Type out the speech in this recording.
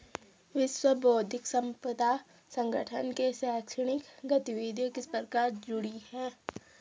विश्व बौद्धिक संपदा संगठन से शैक्षणिक गतिविधियां किस प्रकार जुड़ी हैं?